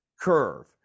curve